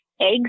eggs